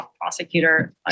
prosecutor